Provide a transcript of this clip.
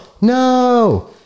No